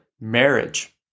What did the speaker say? marriage